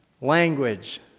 language